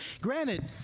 granted